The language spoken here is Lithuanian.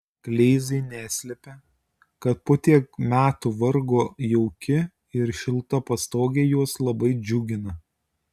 kleizai neslepia kad po tiek metų vargo jauki ir šilta pastogė juos labai džiugina